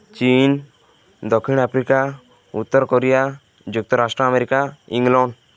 ଚୀନ୍ ଦକ୍ଷିଣ ଆଫ୍ରିକା ଉତ୍ତର କୋରିଆ ଯୁକ୍ତରାଷ୍ଟ୍ର ଆମେରିକା ଇଂଲଣ୍ଡ୍